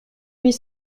huit